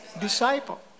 disciple